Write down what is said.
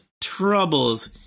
troubles